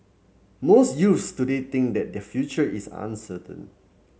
most youths today think that their future is uncertain